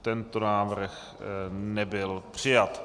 Tento návrh nebyl přijat.